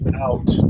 out